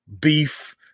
beef